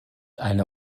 eine